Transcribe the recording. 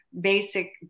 basic